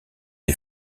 les